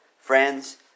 Friends